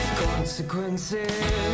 consequences (